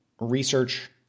research